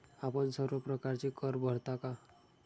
आपण सर्व प्रकारचे कर भरता का?